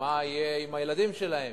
מה יהיה עם הילדים שלהם,